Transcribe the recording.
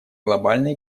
глобальной